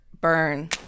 burn